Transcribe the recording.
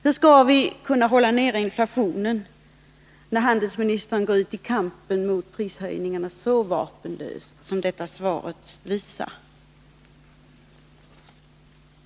Hur skall vi kunna hålla inflationen nere, när handelsministern går ut i kampen mot prishöjningarna så vapenlös som detta svar visar?